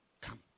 Come